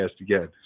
again